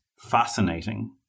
fascinating